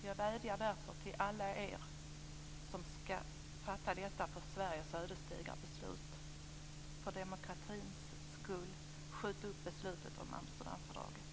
Jag vädjar till alla er som skall fatta detta för Sverige så ödesdigra beslut: För demokratins skull, skjut upp beslutet om Amsterdamfördraget.